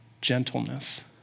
Gentleness